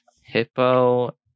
Hippo